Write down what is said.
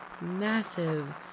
massive